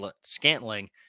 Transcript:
Scantling